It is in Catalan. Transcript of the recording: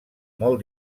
molt